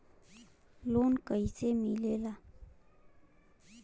Loan कईसे मिलेला?